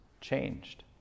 changed